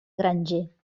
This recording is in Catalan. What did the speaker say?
granger